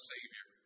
Savior